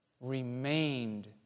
remained